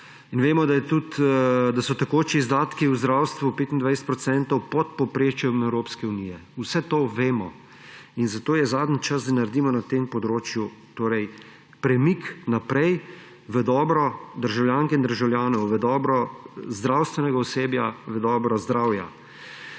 tudi, da so tekoči izdatki v zdravstvo 25 % pod povprečjem Evropske unije. Vse to vemo in zato je zadnji čas, da naredimo na tem področju premik naprej v dobro državljank in državljanov, v dobro zdravstvenega osebja, v dobro zdravja.